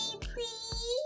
please